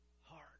heart